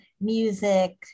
music